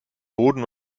boden